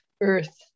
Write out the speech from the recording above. earth